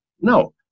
no